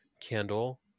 candle